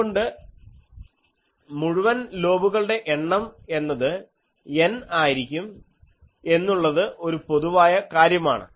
അതുകൊണ്ട് മുഴുവൻ ലോബുകളുടെ എണ്ണം എന്നത് N ആയിരിക്കും എന്നുള്ളത് ഒരു പൊതുവായ കാര്യമാണ്